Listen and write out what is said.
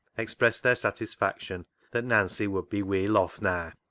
expressed their satisfaction that nancy would be weel off naa.